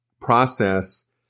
process